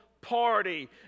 party